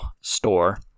store